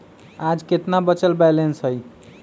आज केतना बचल बैलेंस हई?